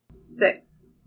Six